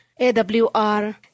AWR